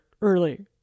early